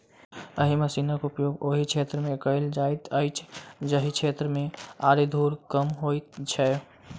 एहि मशीनक उपयोग ओहि क्षेत्र मे कयल जाइत अछि जाहि क्षेत्र मे आरि धूर कम होइत छै